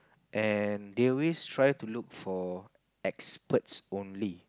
and they always try to look for experts only